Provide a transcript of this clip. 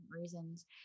reasons